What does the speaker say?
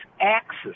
axis